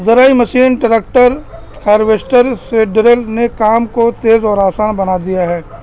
زذرعی machine tractor harvester seed drill نے کام کو تیز اور آسان بنا دیا ہے